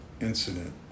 incident